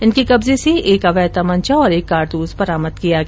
इनके कब्जे से एक अवैध तमंचा और एक कारतूस बरामद किया गया